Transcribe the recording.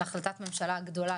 על החלטת ממשלה גדולה,